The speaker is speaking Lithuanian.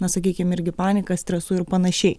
na sakykim irgi panika stresu ir panašiai